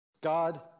God